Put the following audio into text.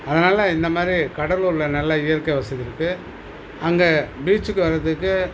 அதனால் இந்த மாரி கடலூரில் நல்ல இயற்கை வசதி இருக்கு அங்கே பீச்சுக்கு வரதுக்கு